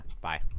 bye